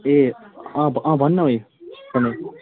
ए अँ अँ भन्नु भाइ